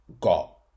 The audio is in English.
got